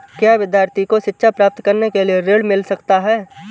क्या विद्यार्थी को शिक्षा प्राप्त करने के लिए ऋण मिल सकता है?